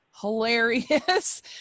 hilarious